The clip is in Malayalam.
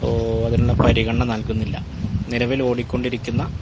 ഇപ്പോൾ അതിനുള്ള പരിഗണന നൽകുന്നില്ല നിലവിൽ ഓടിക്കൊണ്ടിരിക്കുന്ന